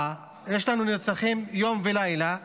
יש לנו נרצחים יום ולילה,